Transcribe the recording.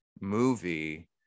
movie